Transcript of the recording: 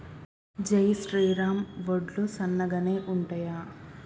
జై శ్రీరామ్ వడ్లు సన్నగనె ఉంటయా?